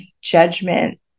judgment